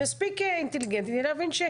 היא מספיק אינטליגנטית להבין.